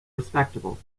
respectable